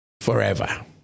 forever